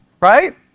Right